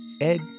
Ed